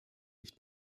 nicht